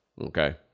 Okay